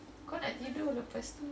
correct you know the first